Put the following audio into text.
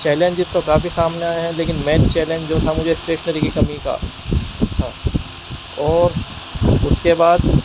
challenges تو کافی سامنے آئے ہیں لیکن مین چیلنج جو تھا مجھے اسٹیشنری کی کمی کا تھا اور اس کے بعد